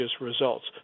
results